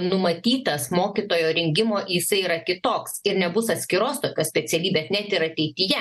numatytas mokytojo rengimo jisai yra kitoks ir nebus atskiros tokios specialybė net ir ateityje